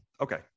okay